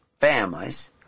families